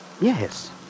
Yes